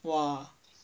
!wah!